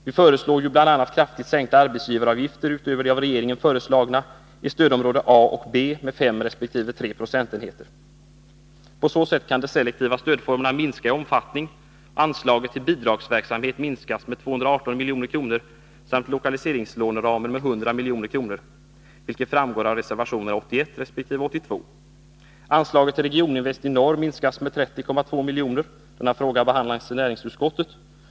Vi föreslår bl.a. kraftigt sänkta arbetsgivaravgifter utöver de av regeringen föreslagna sänkningarna i stödområde A och B med 5 resp. 3 procentenheter. På så sätt kan de selektiva stödformerna minska i omfattning. Anslaget till bidragsverksamhet minskas med 218 milj.kr. samt lokaliseringslåneramen med 100 milj.kr., vilket framgår av reservationerna 81 resp. 82. Anslaget till Regioninvest AB i norr minskas med 30,2 miljoner. Denna fråga behandlas i näringsutskottet.